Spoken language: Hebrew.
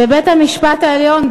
ובית-המשפט העליון,